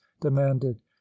demanded